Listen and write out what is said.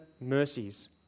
mercies